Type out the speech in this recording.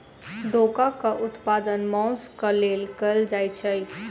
डोकाक उत्पादन मौंस क लेल कयल जाइत छै